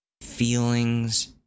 feelings